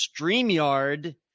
Streamyard